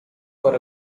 for